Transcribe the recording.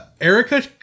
Erica